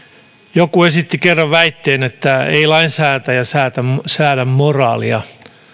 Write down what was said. joku esitti kerran väitteen että ei lainsäätäjä säädä moraalia